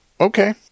Okay